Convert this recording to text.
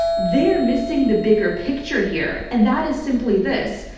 they're missing the bigger picture here. and that is simply this.